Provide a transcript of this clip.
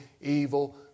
evil